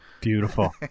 Beautiful